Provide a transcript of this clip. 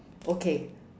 okay